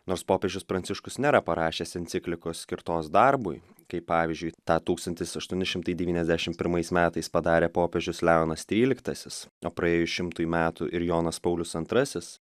nors popiežius pranciškus nėra parašęs enciklikos skirtos darbui kaip pavyzdžiui tą tūkstantis aštuoni šimtai devyniasdešim pirmais metais padarė popiežius leonas tryliktasis o praėjus šimtui metų ir jonas paulius antrasis